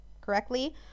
correctly